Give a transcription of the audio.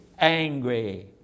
angry